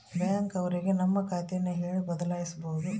bank ಅವ್ರಿಗೆ ನಮ್ ಖಾತೆ ನ ಹೇಳಿ ಬದಲಾಯಿಸ್ಬೋದು